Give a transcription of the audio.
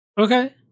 Okay